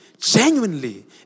genuinely